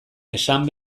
esan